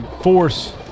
force